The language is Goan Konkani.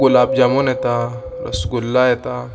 गुलाब जामून येता रसगुल्ला येता